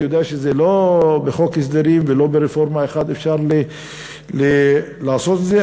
אני יודע שלא בחוק הסדרים ולא ברפורמה אחת אפשר לעשות את זה,